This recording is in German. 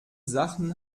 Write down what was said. sachen